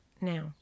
Now